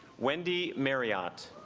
wendy marriott